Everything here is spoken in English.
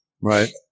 Right